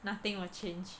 nothing will change